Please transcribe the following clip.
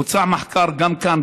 בוצע מחקר גם כאן,